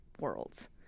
worlds